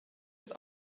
ist